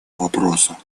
вопроса